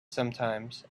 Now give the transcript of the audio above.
sometimes